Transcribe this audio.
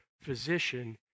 physician